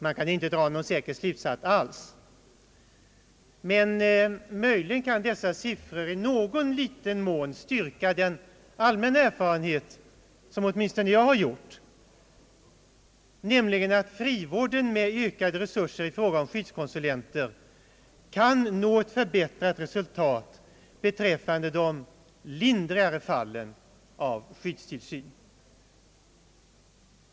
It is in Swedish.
Man kan inte dra någon säker slutsats alls, men dessa siffror kan möjligen i någon mån styrka den allmänna erfarenhet som åtminstone jag har gjort, nämligen att frivården med ökade resurser i fråga om skyddskonsulenter kan nå ett förbättrat resultat beträffande de lindrigare fallen av skyddstillsyn.